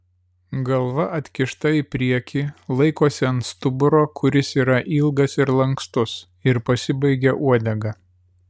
galva atkišta į priekį laikosi ant stuburo kuris yra ilgas ir lankstus ir pasibaigia uodega